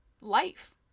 life